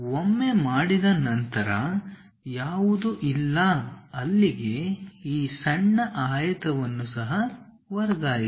ಒಮ್ಮೆ ಮಾಡಿದ ನಂತರ ಯಾವುದು ಇಲ್ಲ ಅಲ್ಲಿಗೆ ಈ ಸಣ್ಣಆಯತವನ್ನು ಸಹ ವರ್ಗಾಯಿಸಿ